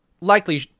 likely